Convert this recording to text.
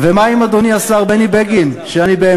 "גב האומה".